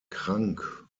krank